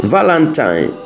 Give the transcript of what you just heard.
Valentine